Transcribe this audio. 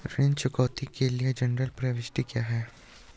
ऋण चुकौती के लिए जनरल प्रविष्टि क्या है?